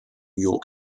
york